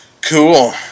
Cool